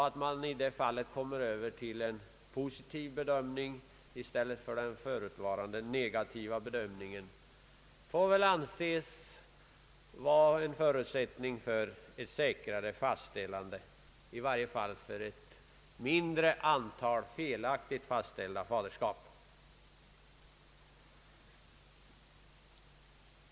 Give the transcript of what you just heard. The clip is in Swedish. Att man kommer över till en positiv bedömning i stället för den nuvarande negativa bedömningen får väl anses vara en förutsättning för ett säkrare fastställande, i varje fall en förutsättning för ett mindre antal felaktigt fastställda faderskap.